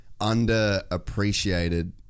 underappreciated